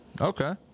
Okay